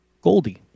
Goldie